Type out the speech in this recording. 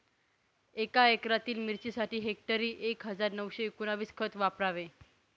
एका एकरातील मिरचीसाठी हेक्टरी एक हजार नऊशे एकोणवीस खत वापरावे